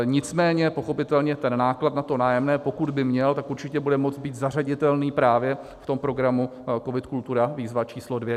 Nicméně pochopitelně ten náklad na to nájemné, pokud by měl, tak určitě bude moct být zařaditelný právě v tom programu COVID Kultura, výzva číslo dvě.